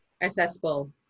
accessible